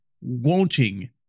wanting